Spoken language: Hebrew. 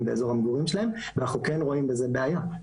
באזור המגורים שלהן ואנחנו כן רואים בזה בעיה,